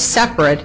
separate